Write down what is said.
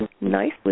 nice